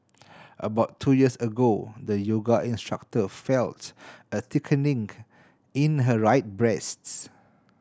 about two years ago the yoga instructor felt a thickening in her right breast